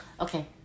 Okay